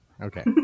Okay